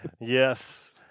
Yes